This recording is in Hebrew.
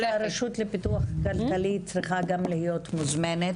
הרשות לפיתוח כלכלי גם צריכה להיות מוזמנת.